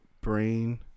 brain